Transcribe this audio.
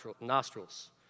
nostrils